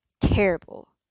terrible